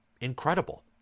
incredible